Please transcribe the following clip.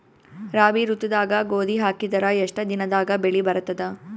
ರಾಬಿ ಋತುದಾಗ ಗೋಧಿ ಹಾಕಿದರ ಎಷ್ಟ ದಿನದಾಗ ಬೆಳಿ ಬರತದ?